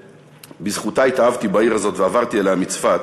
שבזכותה התאהבתי בעיר הזאת ועברתי אליה מצפת,